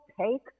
take